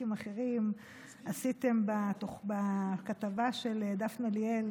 וח"כים אחרים עשיתם בכתבה של דפנה ליאל